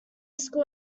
school